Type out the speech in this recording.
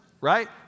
right